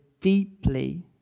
deeply